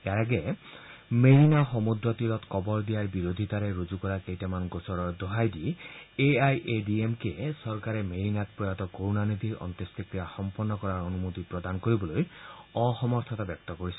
ইয়াৰ আগেয়ে মেৰিনা সমূদ্ৰ তিৰত কবৰ দিয়াৰ বিৰোধিতাৰে ৰুজু কৰা কেইটামান গোচৰৰ দোহাই দি A I A D M K চৰকাৰে মেৰিনাত প্ৰয়াত কৰুণানিধিৰ অন্যোষ্টিক্ৰিয়া সম্পূৰ্ণ কৰাৰ অনুমতি প্ৰদান কৰিবলৈ অসমৰ্থতা ব্যক্ত কৰিছে